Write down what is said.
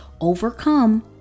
overcome